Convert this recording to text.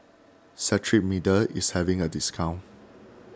Cetrimide is having a discount